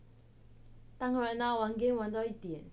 当然啦玩 game 玩到一点